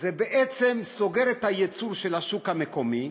זה בעצם סוגר את הייצור של השוק המקומי.